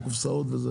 את הקופסאות וכו',